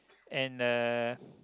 and uh